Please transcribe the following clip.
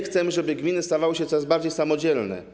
Chcemy, żeby gminy stawały się coraz bardziej samodzielne.